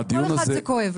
ואי אפשר ככה.